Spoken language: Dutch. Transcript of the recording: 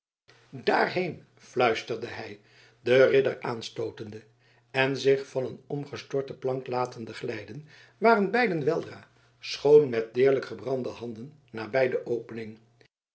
daarheen fluisterde hij den ridder aanstootende en zich van een omgestorte plank latende afglijden waren beiden weldra schoon met deerlijk gebrande handen nabij de opening